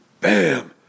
bam